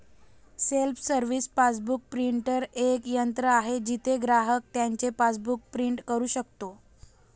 self service passbook printer एक यंत्र आहे जिथे ग्राहक त्याचे पासबुक प्रिंट करू शकतो